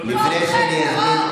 תומכי טרור.